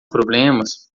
problemas